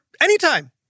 anytime